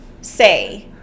say